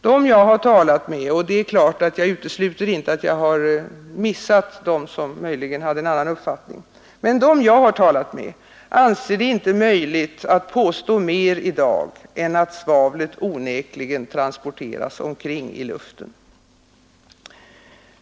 De jag talat med — och det är klart att jag inte utesluter att jag har missat dem som möjligen hade en annan uppfattning — anser det inte möjligt att påstå mer i dag än att svavlet onekligen transporteras omkring i luften.